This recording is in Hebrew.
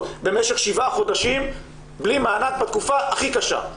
במשך שבעה חודשים בלי מענק בתקופה הכי קשה,